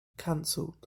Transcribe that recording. cancelled